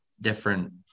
different